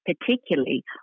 particularly